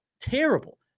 terrible